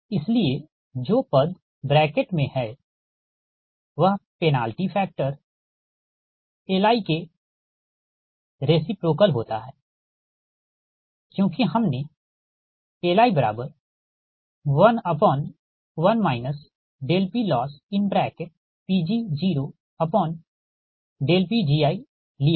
इसलिए जो पद ब्रैकेट में है वह पेनाल्टी फैक्टर Li के रेसिप्रोकल होता हैं क्योंकि हमनेLi11 PLossPg0Pgi लिया है